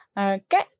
Okay